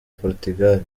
portugal